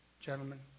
gentlemen